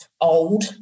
old